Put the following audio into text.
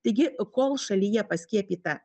taigi kol šalyje paskiepyta